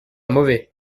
mauvais